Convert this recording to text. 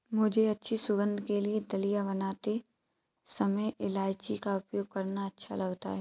मुझे अच्छी सुगंध के लिए दलिया बनाते समय इलायची का उपयोग करना अच्छा लगता है